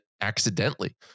accidentally